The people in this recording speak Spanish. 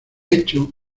hecho